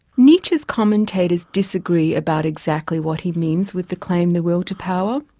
nietzsche's commentators disagree about exactly what he means with the claim the will to power,